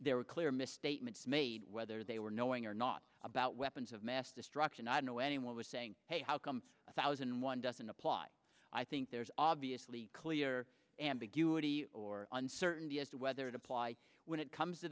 there were clear misstatements made whether they were knowing or not about weapons of mass destruction i don't know anyone was saying hey how come a thousand and one doesn't apply i think there's obviously clear and big or uncertainty as to whether it applies when it comes to